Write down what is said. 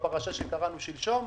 בפרשה שקראנו שלשום,